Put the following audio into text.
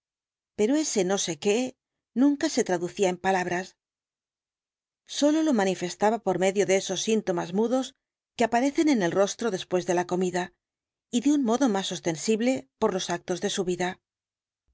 pero ese no sé qué nunca se traducía en palabras sólo lo manifestaba por medio de esos síntomas mudos que aparecen en el rostro después de la comida y de un modo más ostensible por los actos de su vida